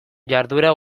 jarduera